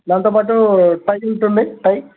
దానితోపాటు టై